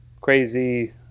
Crazy